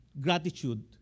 gratitude